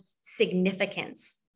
significance